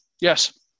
Yes